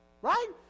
Right